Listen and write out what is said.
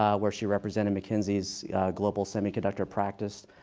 um where she represented mckinsey's global semiconductor practice.